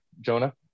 Jonah